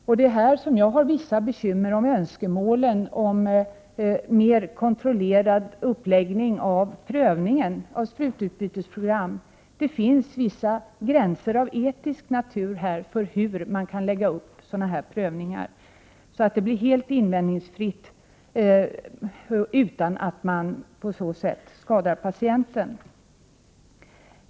I det här sammanhanget har jag vissa bekymmer om önskemålen om mer kontrollerad uppläggning av prövningen av sprututbytesprogram. Det finns vissa gränser av etisk natur för hur man kan lägga upp sådana här prövningar, så att det blir helt invändningsfritt och utan att man skadar patienterna.